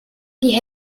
die